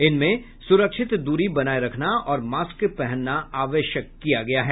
इनमें सुरक्षित दूरी बनाए रखना और मास्क पहनना आवश्यक किया गया है